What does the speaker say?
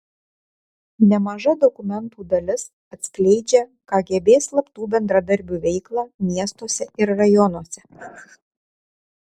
nemaža dokumentų dalis atskleidžia kgb slaptų bendradarbių veiklą miestuose ir rajonuose